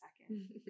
second